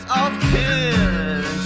often